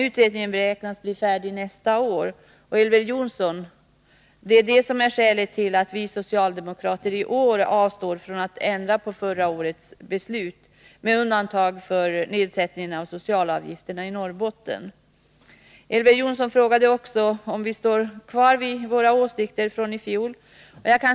Utredningen beräknas bli färdig nästa år, och det, Elver Jonsson, är skälet till att vi socialdemokrater i år avstår från att ändra på förra årets beslut — med undantag för nedsättningen av socialavgifterna i Norrbotten. Elver Jonsson frågade också om vi står kvar vid våra åsikter från i fjol.